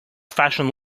fashioned